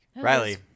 Riley